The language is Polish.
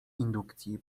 indukcji